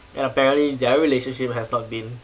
and apparently their relationship has not been